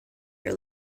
your